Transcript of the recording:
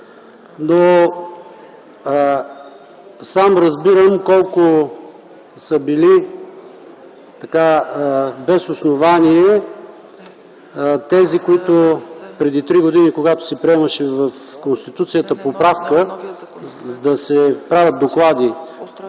Сам разбирам колко са били без основание тези, които преди три години, когато се приемаше поправка в Конституцията, бяха против да се правят доклади